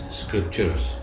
scriptures